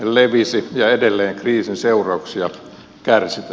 levisi ja edelleen kriisin seurauksista kärsitään